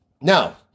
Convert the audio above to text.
Now